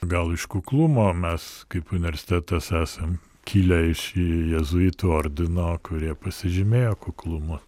gal iš kuklumo mes kaip universitetas esam kilę iš jėzuitų ordino kurie pasižymėjo kuklumu